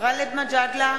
גאלב מג'אדלה,